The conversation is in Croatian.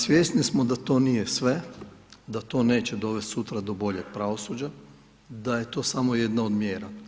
Svjesni smo da to nije sve, da to neće dovest sutra do boljeg pravosuđa, da je to samo jedna od mjera.